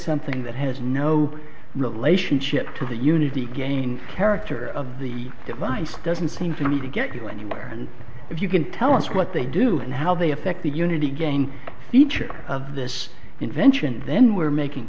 something that has no relationship to the unity gain character of the device doesn't seem to me to get you anywhere and if you can tell us what they do and how they affect the unity gain each of this invention then we're making